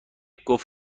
گفت